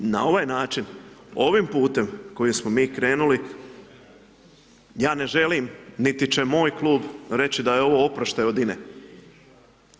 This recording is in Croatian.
Na ovaj način, ovim putem kojim smo mi krenuli, ja ne želim niti će moj klub reći da je ovo oproštaj od INA-e.